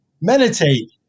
meditate